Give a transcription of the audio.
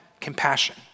compassion